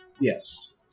Yes